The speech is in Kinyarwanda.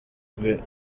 rwe